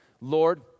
Lord